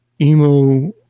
emo